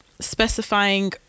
specifying